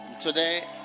today